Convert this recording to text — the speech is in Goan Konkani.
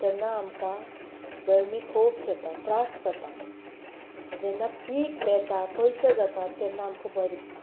तेन्ना आमकां गरमी खूब जाता त्रास जाता जेन्ना पीक येता पयशे जाता तेन्ना आमकां बरें दिसता